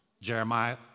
Jeremiah